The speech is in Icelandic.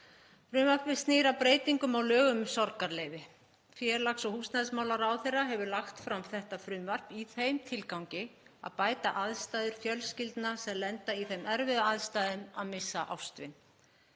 Frumvarpið snýr að breytingum á lögum um sorgarleyfi. Félags- og húsnæðismálaráðherra hefur lagt fram þetta frumvarp í þeim tilgangi að bæta aðstæður fjölskyldna sem lenda í þeim erfiðu aðstæðum að missa ástvin.